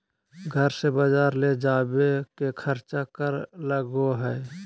घर से बजार ले जावे के खर्चा कर लगो है?